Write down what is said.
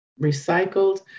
recycled